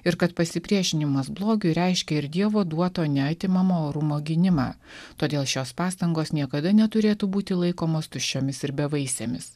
ir kad pasipriešinimas blogiui reiškia ir dievo duoto neatimamo orumo gynimą todėl šios pastangos niekada neturėtų būti laikomos tuščiomis ir bevaisėmis